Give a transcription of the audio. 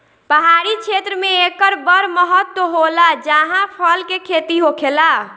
पहाड़ी क्षेत्र मे एकर बड़ महत्त्व होला जाहा फल के खेती होखेला